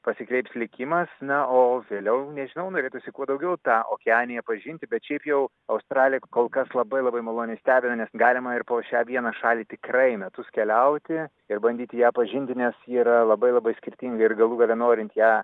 pasikreips likimas na o vėliau nežinau norėtųsi kuo daugiau tą okeaniją pažinti bet šiaip jau australija kol kas labai labai maloniai stebina nes galima ir po šią vieną šalį tikrai metus keliauti ir bandyti ją pažinti nes ji yra labai labai skirtinga ir galų gale norint ją